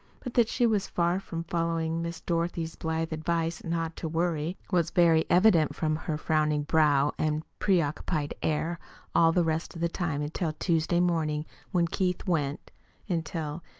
but that she was far from following miss dorothy's blithe advice not to worry was very evident from her frowning brow and preoccupied air all the rest of the time until tuesday morning when keith went until,